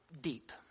Deep